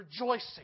rejoicing